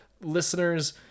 listeners